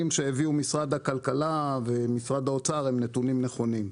שהביאו משרד הכלכלה ומשרד האוצר הם נתונים נכונים.